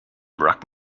rock